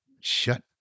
shut